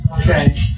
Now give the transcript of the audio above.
Okay